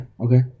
okay